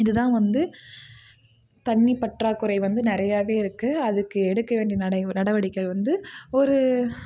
இதுதான் வந்து தண்ணி பற்றாக்குறை வந்து நிறையாவே இருக்கு அதுக்கு எடுக்க வேண்டிய நடவடிக்கை வந்து ஒரு